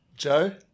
Joe